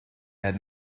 had